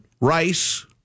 rice